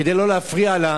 כדי לא להפריע לה,